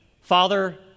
Father